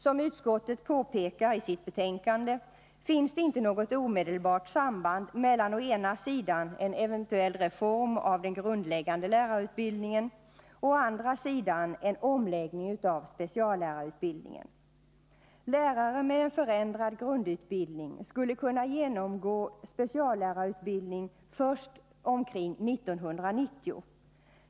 Som utskottet påpekar i sitt betänkande finns det inte något omedelbart samband mellan å ena sidan en eventuell reform av den grundläggande lärarutbildningen och å andra sidan en omläggning av speciallärarutbildningen. Lärare med en förändrad grundutbildning skulle kunna genomgå speciallärarutbildning först omkring 1990.